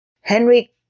Henry